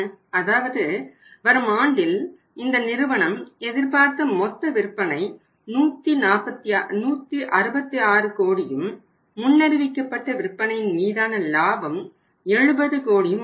அதாவது வரும் ஆண்டில் இந்த நிறுவனம் எதிர்பார்த்த மொத்த விற்பனை 166 கோடியும் முன்னறிவிக்கப்பட்ட விற்பனையின் மீதான லாபம் 70 கோடியும் ஆகும்